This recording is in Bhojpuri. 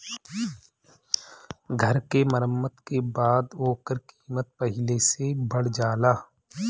घर के मरम्मत के बाद ओकर कीमत पहिले से बढ़ जाला